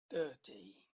dirty